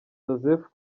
joseph